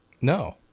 No